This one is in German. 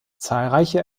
zahlreiche